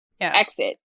exit